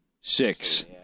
Six